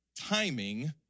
timing